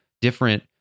different